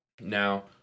Now